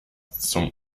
zum